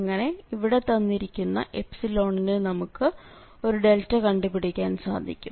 അങ്ങനെ ഇവിടെ തന്നിരിക്കുന്ന നു നമുക്ക് ഒരു കണ്ടുപിടിക്കാൻ സാധിക്കും